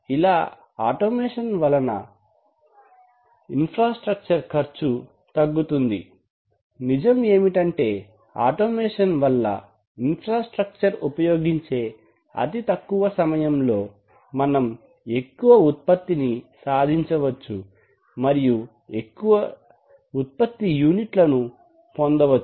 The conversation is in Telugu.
ఇలా ఆటోమేషన్ వలన ఇన్ఫ్రాస్ట్రక్చర్ ఖర్చు తగ్గుతుంది నిజమేమిటంటే ఆటోమేషన్ వల్ల ఇన్ఫ్రాస్ట్రక్చర్ ఉపయోగించే అతి తక్కువ సమయంలో మనం ఎక్కువ ఉత్పత్తి సాధించవచ్చు ఎక్కువ ఉత్పత్తి యూనిట్లను పొందవచ్చు